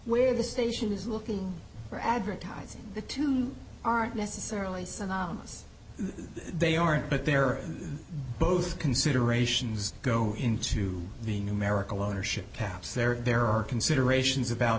where the station is looking for advertising the two aren't necessarily synonymous they aren't but they're both considerations go into the numerical ownership caps there there are considerations about